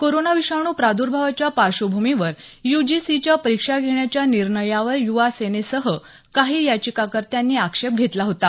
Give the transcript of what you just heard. corona विषाणू प्रादर्भावाच्या पार्श्वभूमीवर यूजीसीच्या परीक्षा घेण्याच्या निर्णयावर यूवा सेनेसह काही याचिकाकर्त्यांनी आक्षेप घेतला होता